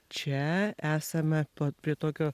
čia esame pa prie tokio